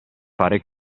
fare